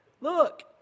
look